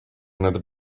another